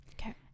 Okay